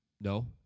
No